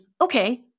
Okay